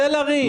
צל הרים.